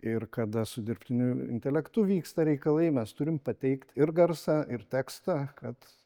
ir kada su dirbtiniu intelektu vyksta reikalai mes turim pateikt ir garsą ir tekstą kad